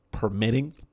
permitting